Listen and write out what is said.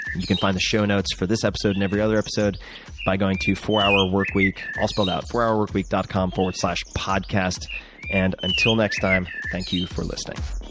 you can find the show notes for this episode and every other episode by going to fourhourworkweek all spelled out. fourhourworkweek dot com slash podcast and until next time. thank you for listening